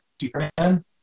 Superman